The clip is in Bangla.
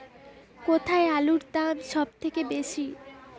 কোথায় আলুর দাম সবথেকে বেশি?